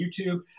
YouTube